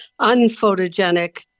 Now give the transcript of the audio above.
unphotogenic